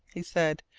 he said.